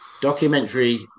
documentary